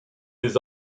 des